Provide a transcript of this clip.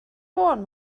fôn